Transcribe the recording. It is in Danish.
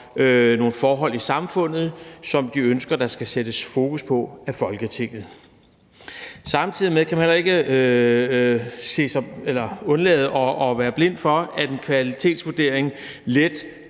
nogle forhold i samfundet, som de ønsker der skal sættes fokus på af Folketinget. Samtidig hermed skal man ikke være blind for, at en kvalitetsvurdering let